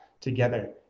together